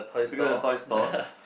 look at the toy store